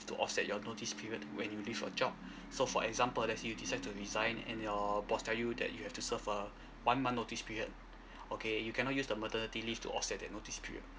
to offset your notice period when you leave a job so for example that you you decide to resign and your boss tell you that you have to serve a one month notice period okay you cannot use the maternity leave to offset that notice period